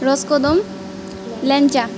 রসকদম্ব ল্যাংচা